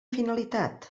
finalitat